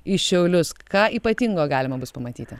į šiaulius ką ypatingo galima bus pamatyti